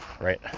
right